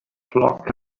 flock